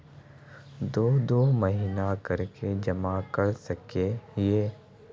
दो दो महीना कर के जमा कर सके हिये?